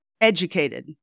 educated